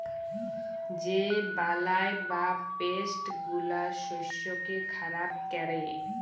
যে বালাই বা পেস্ট গুলা শস্যকে খারাপ ক্যরে